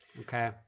Okay